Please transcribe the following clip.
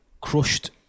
Crushed